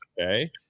Okay